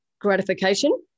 gratification